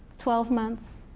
twelve months,